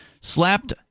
slapped